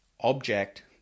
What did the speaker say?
object